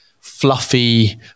fluffy